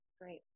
great